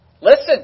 Listen